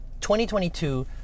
2022